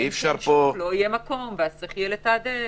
אלא אם כן לא יהיה מקום ואז יהיה צורך לתעדף.